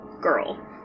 girl